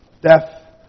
death